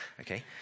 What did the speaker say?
Okay